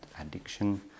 addiction